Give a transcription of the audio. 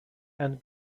and